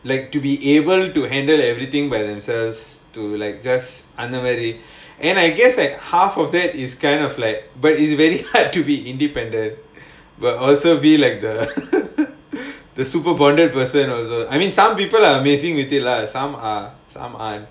like to be able to handle everything by themselves to like just அந்த மாதிரி:andha maadhiri and I guess like half of that is kind of like but it's very hard to be independent but also be like the the super bonded person also I mean some people are amazing with it lah some are some aren't